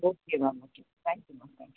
okay ma'am okay thank you ma'am thank you